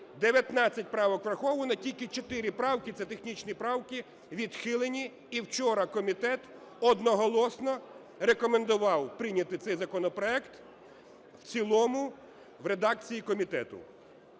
19 правок враховано, тільки 4 правки - це технічні правки - відхилені. І вчора комітет одноголосно рекомендував прийняти цей законопроект в цілому в редакції комітету.